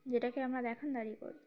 যেটাকে আমরা দেখনদারি করি